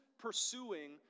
pursuing